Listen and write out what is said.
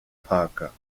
parker